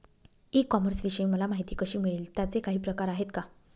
E कॉमर्सविषयी मला माहिती कशी मिळेल? त्याचे काही प्रकार आहेत का?